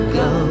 go